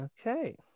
okay